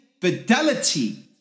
fidelity